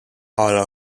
ala